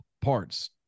parts